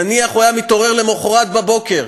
נניח הוא היה מתעורר למחרת בבוקר